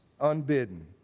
unbidden